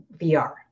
VR